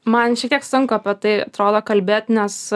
man šiek tiek sunku apie tai atrodo kalbėt nes